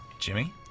Jimmy